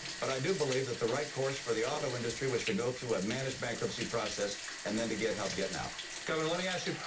but i do believe that the right course for the auto industry was to go through a managed bankruptcy process and then to get help getting out. king governor let me ask you.